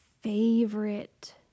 favorite